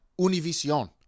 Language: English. Univision